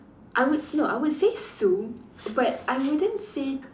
I would no I would say Sue but I wouldn't say